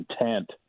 intent